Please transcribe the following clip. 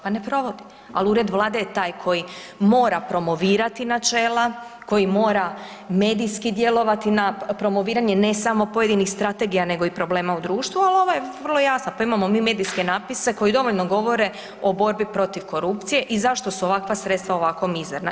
Pa ne provodi, al ured vlade je taj koji mora promovirati načela, koji mora medijski djelovati na promoviranje ne samo pojedinih strategija nego i problema u društvu, al ova je vrlo jasna, pa imamo mi medijske napise koji dovoljno govore o borbi protiv korupcije i zašto su ovakva sredstva ovako mizerna.